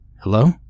hello